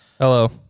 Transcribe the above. Hello